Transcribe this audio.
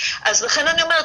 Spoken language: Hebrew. לכן אני אומרת,